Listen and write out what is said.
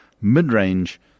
mid-range